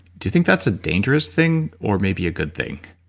do you think that's a dangerous thing, or maybe a good thing?